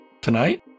Tonight